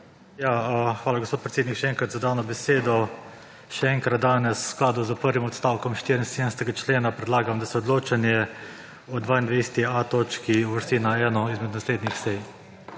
Hvala, gospod predsednik, za dano besedo. Še enkrat danes v skladu s prvim odstavkom 74. člena predlagam, da se odločanje o 22.a točki uvrsti na eno izmed naslednjih sej.